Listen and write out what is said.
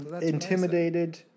Intimidated